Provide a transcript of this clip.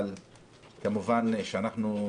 חבריי חברי הכנסת,